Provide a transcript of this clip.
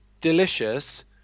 delicious